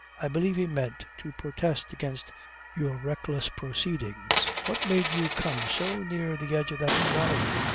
i believe he meant to protest against your reckless proceedings. what made you come so near the edge of that quarry?